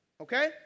okay